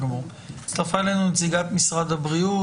הצטרפה אלינו נציגת משרד הבריאות.